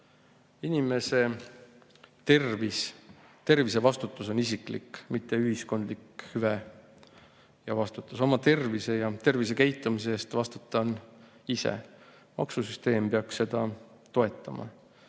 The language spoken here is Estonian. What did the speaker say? tervis, tervisevastutus on isiklik, mitte ühiskondlik hüve ja vastutus. Oma tervise ja tervisekäitumise eest vastutan ise. Maksusüsteem peaks seda